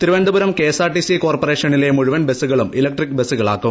Thiruvananthapuram KSRTC കോർപ്പറേഷനിലെ മുഴുവൻ ബസുകളും ഇലക്ട്രിക് ബസുകളാക്കും